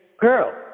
girl